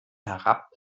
herab